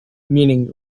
meaning